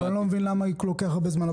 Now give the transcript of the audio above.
אבל אני לא מבין למה לוקח כל כך הרבה זמן.